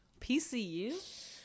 PCU